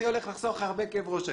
אני הולך לחסוך לך הרבה כאב ראש היום.